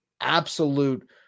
absolute